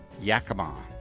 Yakima